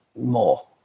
more